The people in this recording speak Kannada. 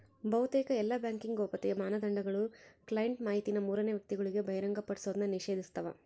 ಬಹುತೇಕ ಎಲ್ಲಾ ಬ್ಯಾಂಕಿಂಗ್ ಗೌಪ್ಯತೆಯ ಮಾನದಂಡಗುಳು ಕ್ಲೈಂಟ್ ಮಾಹಿತಿನ ಮೂರನೇ ವ್ಯಕ್ತಿಗುಳಿಗೆ ಬಹಿರಂಗಪಡಿಸೋದ್ನ ನಿಷೇಧಿಸ್ತವ